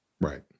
Right